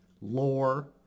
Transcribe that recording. lore